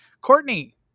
Courtney